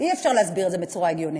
אי-אפשר להסביר את זה בצורה הגיונית.